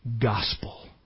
gospel